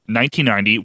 1990